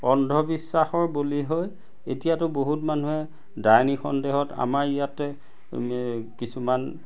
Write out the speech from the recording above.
অন্ধবিশ্বাসৰ বলি হৈ এতিয়াতো বহুত মানুহে ডাইনী সন্দেহত আমাৰ ইয়াতে কিছুমান